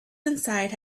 inside